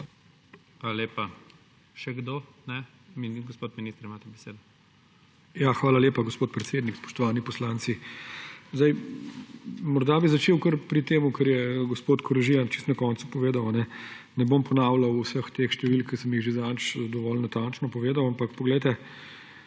Hvala lepa. Še kdo? Gospod minister, imate besedo. **ALEŠ HOJS:** Hvala lepa, gospod predsednik. Spoštovani, poslanci! Morda bi začel kar pri tem, kar je gospod Koražija čisto na koncu povedal. Ne bom ponavljal vseh teh številk, ki sem jih že zadnjič dovolj natančno povedal, ampak poglejte,